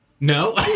No